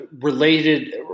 related